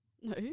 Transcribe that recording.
No